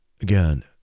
again